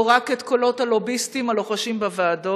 או רק את קולות הלוביסטים הלוחשים בוועדות?